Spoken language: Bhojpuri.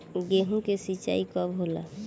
गेहूं के सिंचाई कब होला?